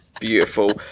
Beautiful